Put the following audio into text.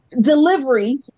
delivery